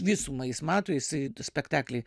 visumą jis mato jisai spektaklį